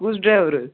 کُس ڈرٛایور